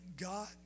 God